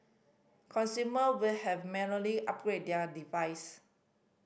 consumer will have manually upgrade their device